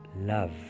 love